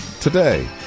today